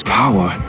power